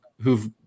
who've